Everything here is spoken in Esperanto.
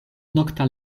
nokta